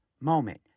moment